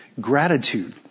gratitude